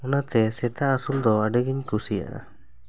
ᱚᱱᱟᱛᱮ ᱥᱮᱛᱟ ᱟᱹᱥᱩᱞ ᱫᱚ ᱟᱹᱰᱤ ᱜᱮᱧ ᱠᱩᱥᱤᱭᱟᱜᱼᱟ